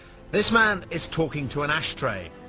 this man is talking to an ashtray.